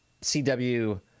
CW